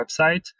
website